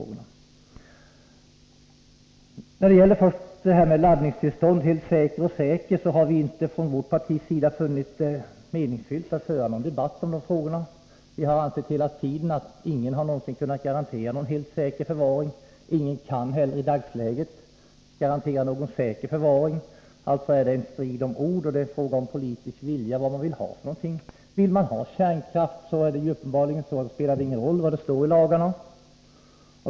När det gäller frågan om laddningstillstånd — säker och helt säker — har vi inte från vårt partis sida funnit det meningsfullt att föra någon debatt. Vi har hela tiden ansett att ingen någonsin har kunnat garantera en helt säker förvaring, och ingen kan heller i dagsläget göra det. Alltså är det en strid om ord, en fråga om politisk vilja. Vill man ha kärnkraft spelar det uppenbarligen ingen roll vad det står i lagarna.